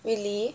really